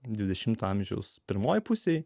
dvidešimto amžiaus pirmoje pusėje